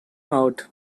out